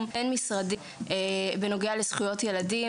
בין משרדי בנוגע לזכויות ילדים.